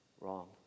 wrong